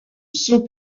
saut